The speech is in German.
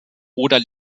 oder